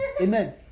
amen